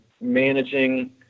managing